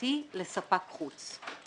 ממשלתי לספק חוץ.